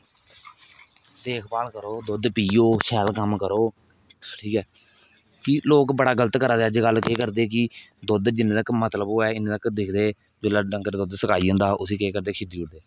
देखभाल करो दुद्ध पियो शैल कम्म करो ठीक ऐ फिह् लोक बड़ा गल्त करा दे अजकल केह् करदे कि दुद्ध जिन्ने तक मतलब हौऐ इन्ने तक दिक्खदे जिसलै डगंर दुद्ध सकाई दिंदा उसी केह् करदे खिद्दी ओड़दे